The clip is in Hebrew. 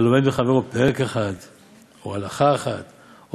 הלומד מחברו פרק אחד או הלכה אחת או